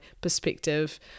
perspective